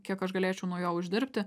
kiek aš galėčiau nuo jo uždirbti